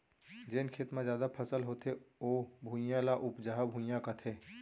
जेन खेत म जादा फसल होथे ओ भुइयां, ल उपजहा भुइयां कथें